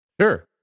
Sure